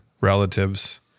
relatives